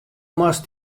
moatst